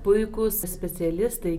puikūs specialistai